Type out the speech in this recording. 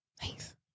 thanks